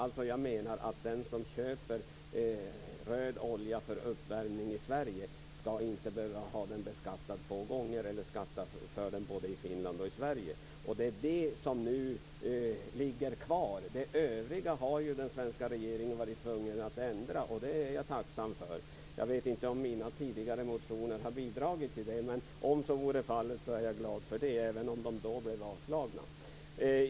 Jag menar alltså att den som köper röd olja för uppvärmning i Sverige inte skall behöva skatta för den två gånger dvs. både i Finland och i Sverige. Det är det som nu ligger kvar. Det övriga har ju den svenska regeringen varit tvungen att ändra, och det är jag tacksam för. Jag vet inte om mina tidigare motioner har bidragit till det, men om så vore fallet är jag glad för det, även om motionerna då blev anslagna.